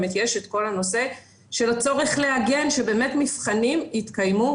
גם יש את כל הנושא של הצורך להגן שמבחנים יתקיימו